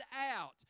out